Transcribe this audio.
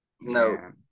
No